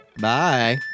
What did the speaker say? Bye